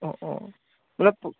অঁ অঁ মানে